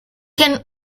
can